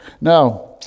Now